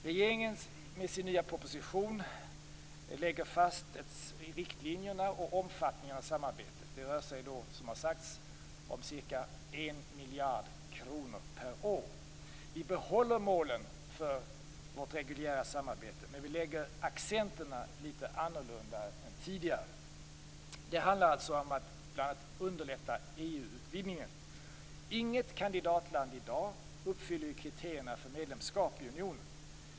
Regeringen lägger med sin nya proposition fast riktlinjerna och omfattningen av samarbetet. Det rör sig om ca 1 miljard kronor per år. Vi behåller målen för vårt reguljära samarbete, men vi lägger accenterna litet annorlunda än tidigare. Det handlar alltså om att bl.a. underlätta EU-utvidgningen. Inget kandidatland i dag uppfyller kriterierna för medlemskap i unionen.